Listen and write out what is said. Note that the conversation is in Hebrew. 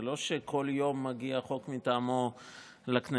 זה לא שכל יום מגיע חוק מטעמו לכנסת,